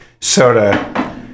soda